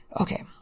Okay